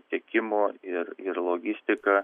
tiekimo ir ir logistika